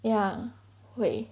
ya 会